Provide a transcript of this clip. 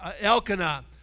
Elkanah